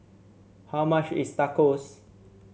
how much is Tacos